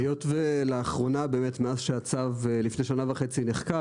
היות ולאחרונה באמת מאז שהצו לפני שנה וחצי נחקק,